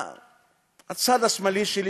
הצד השמאלי שלי,